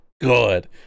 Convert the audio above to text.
good